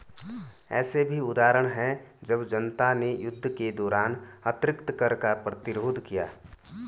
ऐसे भी उदाहरण हैं जब जनता ने युद्ध के दौरान अतिरिक्त कर का प्रतिरोध किया